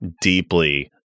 deeply